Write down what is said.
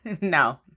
No